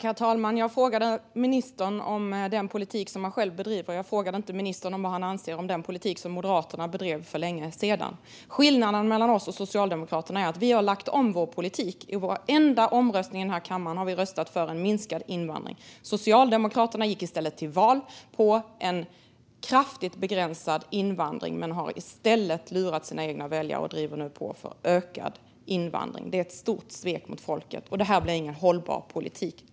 Herr talman! Jag frågade ministern om den politik som han själv bedriver. Jag frågade inte ministern vad han anser om den politik som Moderaterna bedrev för länge sedan. Skillnaden mellan oss och Socialdemokraterna är att vi har lagt om vår politik. I vår enda omröstning i den här kammaren har vi röstat för minskad invandring. Socialdemokraterna gick till val på kraftigt begränsad invandring men har i stället lurat sina egna väljare och driver nu på för ökad invandring. Det är ett stort svek mot folket, och det här blir ingen hållbar politik.